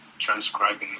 transcribing